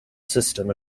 system